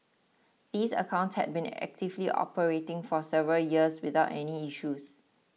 these accounts had been actively operating for several years without any issues